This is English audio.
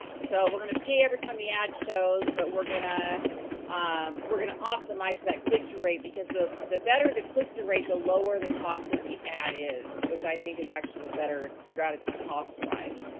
so, we're gonna pay every time the ad shows, but we're gonna um we're gonna optimize that click-through rate because ah the better the click-through rate, the lower the cost of the ad is, which i think is actually a better strategy, cost wise.